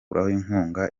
inkunga